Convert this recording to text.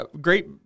great